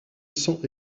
sent